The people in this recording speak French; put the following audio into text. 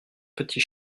petits